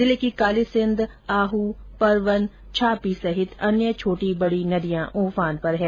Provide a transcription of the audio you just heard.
जिले की कालीसिंघ आहू परवन छापी सहित अन्य छोटी बडी नदियां उफान पर है